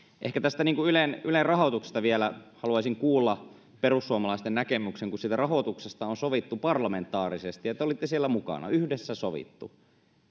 ehkä tästä ylen ylen rahoituksesta vielä haluaisin kuulla perussuomalaisten näkemyksen siitä rahoituksesta on sovittu parlamentaarisesti ja te olitte siellä mukana on yhdessä sovittu